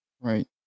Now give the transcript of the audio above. right